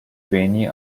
beni